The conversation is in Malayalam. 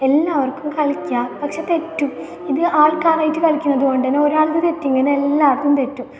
എല്ലാവർക്കും കളിക്കാം പക്ഷേ തെറ്റും ഇത് ആൾക്കാറായിട്ട് കളിക്കുന്നത് കൊണ്ട് ത്താന്നെ ഒരാളത് തെറ്റിയെങ്കിൽ എല്ലാവരെയും തെറ്റും